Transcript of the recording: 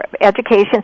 education